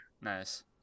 Nice